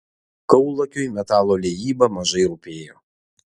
kaulakiui metalo liejyba mažai rūpėjo